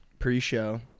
pre-show